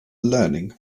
learning